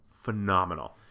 phenomenal